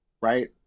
right